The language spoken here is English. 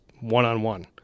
one-on-one